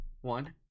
One